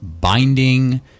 binding